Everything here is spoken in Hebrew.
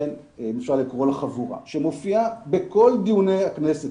החבורה שמופיעה בכל דיוני הכנסת,